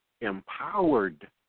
empowered